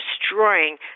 destroying